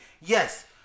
Yes